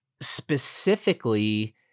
specifically